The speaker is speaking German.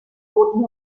roten